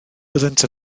byddent